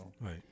right